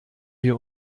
wir